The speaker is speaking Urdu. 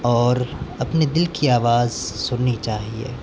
اور اپنے دل کی آواز سننی چاہیے